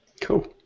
Cool